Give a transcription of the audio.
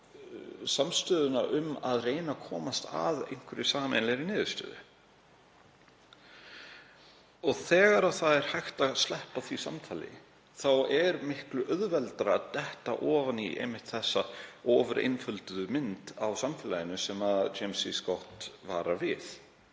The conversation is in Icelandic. samstöðuna um að reyna að komast að einhverri sameiginlegri niðurstöðu. Þegar hægt er að sleppa því samtali er miklu auðveldara að detta ofan í einmitt þessa ofureinfölduðu mynd af samfélaginu sem James C. Scott varar við.